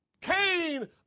Cain